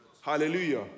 Hallelujah